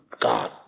God